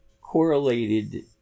correlated